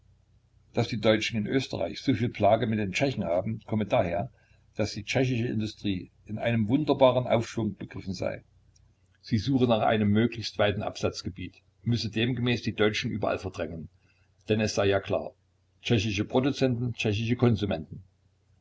daß die deutschen in österreich so viel plage mit den tschechen haben komme daher daß die tschechische industrie in einem wunderbaren aufschwung begriffen sei sie suche nach einem möglichst weiten absatzgebiet müsse demgemäß die deutschen überall verdrängen denn es sei ja klar tschechische produzenten tschechische konsumenten